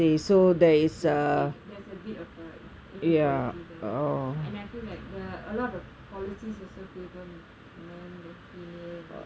ya so they are fav~ there is a bit of a eq~ inequality there and I feel like a lot of policies also favour men than female